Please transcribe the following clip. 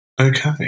Okay